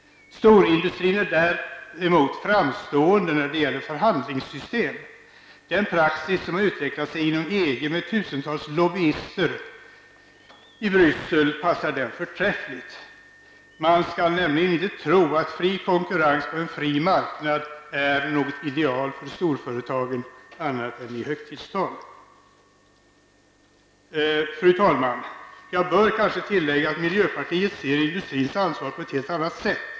Storindustrin är däremot framstående när det gäller förhandlingssystem. Den praxis som utvecklat sig inom EG med tusentals lobbyister i Bryssel passar den förträffligt. Man skall nämligen inte tro att fri konkurrens på en fri marknad är något ideal för storföretagen annat än i högtidstalen. Fru talman! Jag bör kanske tillägga att miljöpartiet ser industrins ansvar på ett helt annat sätt.